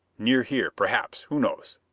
near here, perhaps who knows?